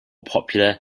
popular